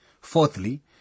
Fourthly